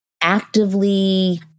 actively